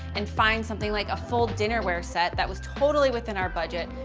and find something like a full dinnerware set that was totally within our budget,